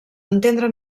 entendre